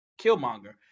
Killmonger